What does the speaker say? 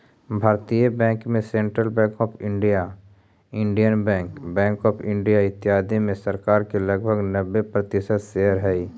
भारतीय बैंक में central bank of India, Indian bank, bank of India, इत्यादि में सरकार के लगभग नब्बे प्रतिशत शेयर हइ